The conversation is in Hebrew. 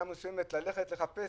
לחשוב